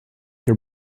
your